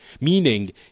meaning